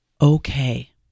okay